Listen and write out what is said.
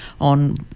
on